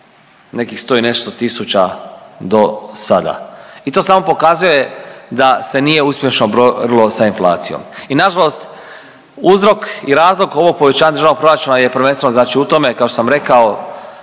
nekih 100 i nešto tisuća dosada i to samo pokazuje da se nije uspješno borilo sa inflacijom. I nažalost uzrok i razlog ovog povećanja državnog proračuna je prvenstveno znači u tome kao što sam rekao